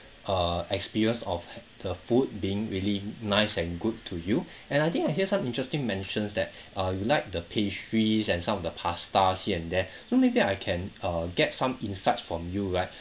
uh experience of the food being really nice and good to you and I think I hear some interesting mentions that uh you like the pastries and some of the pastas here and there so maybe I can uh get some insights from you right